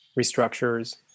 restructures